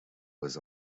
was